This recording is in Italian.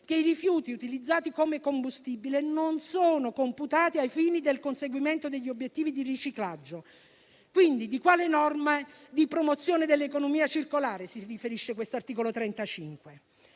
che i rifiuti utilizzati come combustibile non sono computati ai fini del conseguimento degli obiettivi di riciclaggio. Quindi, a quale norma di promozione dell'economia circolare si riferisce questo articolo 35?